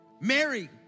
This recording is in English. Mary